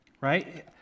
Right